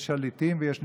יש שליטים ויש נשלטים.